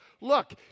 look